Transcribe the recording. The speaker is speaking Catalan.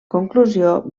conclusió